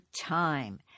time